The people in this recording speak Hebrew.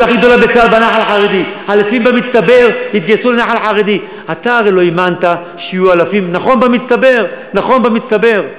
200. אתה אומר עשרות בודדות.